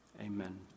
Amen